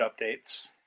updates